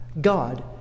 God